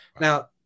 now